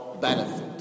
benefit